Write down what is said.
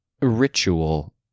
ritual